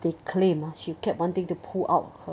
they claim ah she kept wanting to pull out her